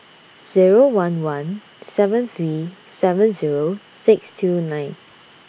Zero one one seven three seven Zero six two nine